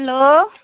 hello